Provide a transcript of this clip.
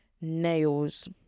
nails